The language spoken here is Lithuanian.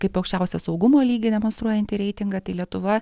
kaip aukščiausią saugumo lygį demonstruojantį reitingą tai lietuva